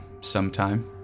sometime